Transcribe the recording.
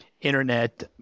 internet